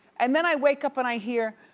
and then i wake up and i hear,